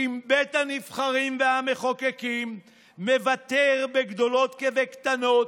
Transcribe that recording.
אם בית הנבחרים והמחוקקים מוותר, בגדולות כבקטנות,